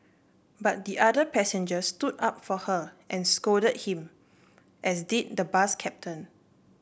but the other passengers stood up for her and scolded him as did the bus captain